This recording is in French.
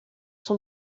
son